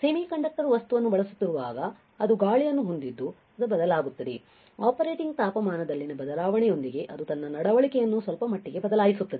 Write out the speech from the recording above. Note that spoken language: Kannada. ಮತ್ತು ಸೆಮಿಕಂಡಕ್ಟರ್ ವಸ್ತುವನ್ನು ಬಳಸುತ್ತಿರುವಾಗ ಅದು ಗಾಳಿಯನ್ನು ಹೊಂದಿದ್ದು ಅದು ಬದಲಾಗುತ್ತದೆ ಆಪರೇಟಿಂಗ್ ತಾಪಮಾನದಲ್ಲಿನ ಬದಲಾವಣೆಯೊಂದಿಗೆ ಅದು ತನ್ನ ನಡವಳಿಕೆಯನ್ನು ಸ್ವಲ್ಪಮಟ್ಟಿಗೆ ಬದಲಾಯಿಸುತ್ತದೆ